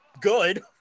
good